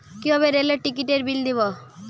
কিভাবে রেলের টিকিটের বিল দেবো?